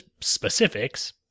specifics